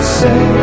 say